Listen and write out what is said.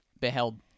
beheld